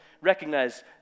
recognize